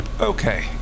Okay